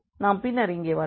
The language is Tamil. நாம் பின்னர் இங்கே வருவோம்